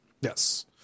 yes